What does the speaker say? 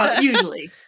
usually